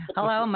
Hello